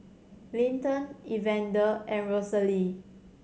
Linton Evander and Rosalie